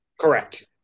Correct